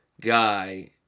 guy